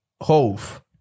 Hove